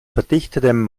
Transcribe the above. verdichtetem